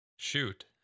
Shoot